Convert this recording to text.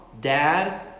dad